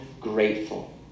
grateful